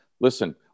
Listen